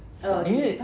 knew it